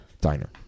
Diner